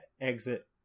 exit